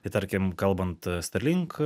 tai tarkim kalbant starlink